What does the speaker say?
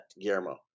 Guillermo